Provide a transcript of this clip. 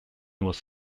was